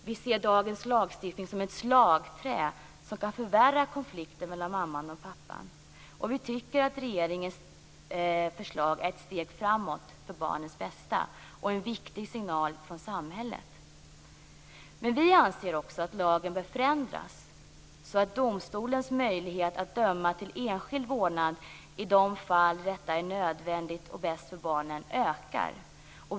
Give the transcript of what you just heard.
Vi ser dagens lagstiftning som ett slagträ som kan förvärra konflikten mellan mamman och pappan. Vi tycker att regeringens förslag är ett steg framåt för barnens bästa och en viktig signal från samhället. Vi anser också att lagen bör förändras så att domstolens möjlighet att döma till enskild vårdnad, i de fall detta är nödvändigt och bäst för barnen, ökar.